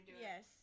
Yes